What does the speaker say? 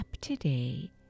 today